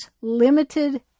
limited